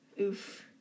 oof